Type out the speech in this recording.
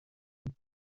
und